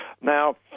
Now